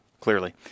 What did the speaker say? Clearly